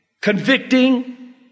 Convicting